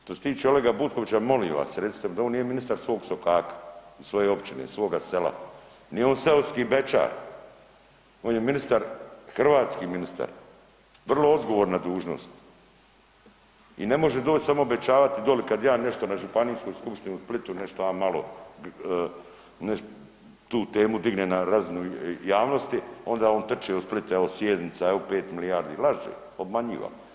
Što se tiče Olega Butkovića, molim vas recite mu da on nije ministar svog sokaka, svoje općine, svoga sela, nije on seoski bećar, on je ministar, hrvatski ministar, vrlo odgovorna dužnost i ne može doć i samo obećavat doli kad ja nešto na županijskoj skupštini u Splitu nešto ja malo, tu temu dignem na razinu javnosti onda on trči po Splitu evo sjednica, evo 5 milijardi, laže, obmanjiva.